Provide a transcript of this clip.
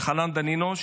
אלחנן דנינו,